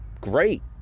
great